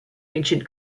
ancient